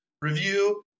review